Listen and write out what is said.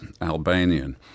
Albanian